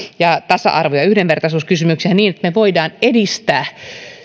ja tasa arvo ja yhdenvertaisuuskysymyksiä niin että me voimme edistää